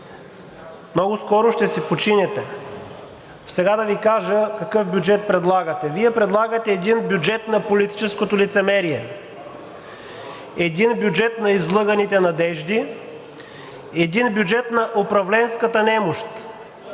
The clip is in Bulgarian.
Много скоро ще си починете. Сега да Ви кажа какъв бюджет предлагате: Вие предлагате един бюджет на политическото лицемерие, един бюджет на излъганите надежди, един бюджет на управленската немощ,